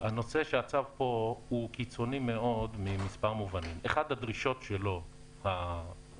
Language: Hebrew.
הוא קיצוני מאוד ממספר מובנים: 1. הדרישות שלו האובייקטיביות,